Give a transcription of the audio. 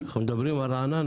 ברוכים הבאים.